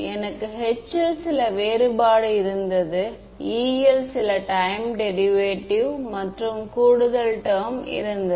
எனக்கு H ல் சில இட வேறுபாடு இருந்தது E ல் சில டைம் டெரிவேட்டிவ் மற்றும் கூடுதல் டெர்ம் இருந்தது